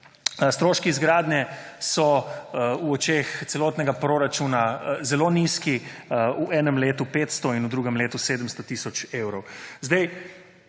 Stroški izgradnje so v očeh celotnega proračuna zelo nizki, v enem letu 500 in v drugem letu 700 tisoč evrov.